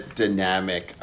dynamic